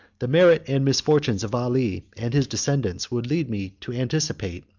the merit and misfortunes of ali and his descendants will lead me to anticipate,